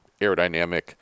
aerodynamic